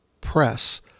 press